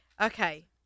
Okay